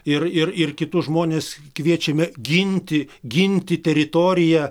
ir ir ir kitus žmones kviečiame ginti ginti teritoriją